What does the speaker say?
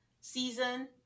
season